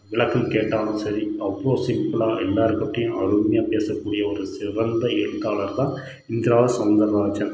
விளக்கம் கேட்டாலும் சரி அவ்வளோ சிம்பிளாக எல்லார்கிட்டயும் அருமையாக பேசக்கூடிய ஒரு சிறந்த எழுத்தாளர்தான் இந்திரா சௌந்தரராஜன்